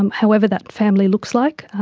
um however that family looks like,